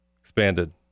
Expanded